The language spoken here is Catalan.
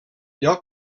lloc